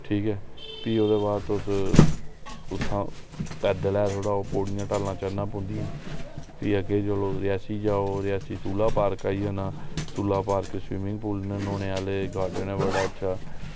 ठीक ऐ भी ओह्दे बाद तुस ओह् पैदल ऐ थोह्ड़ा पौड़ियां चढ़ना उतरना पौंदियां न भी जेल्लै अग्गै रियासी जाओ रियासी अग्गें सुल्ला पार्क आई जाना सुल्ला पार्क च स्विमिंग पूल न न्हौने आह्ले गॉर्डन ऐ इक्क बड़ा अच्छा